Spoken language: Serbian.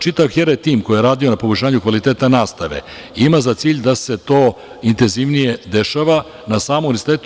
Čitav tim koji je radio na poboljšanju kvaliteta nastave ima za cilj da se to intenzivnije dešava na samom univerzitetu.